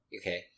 Okay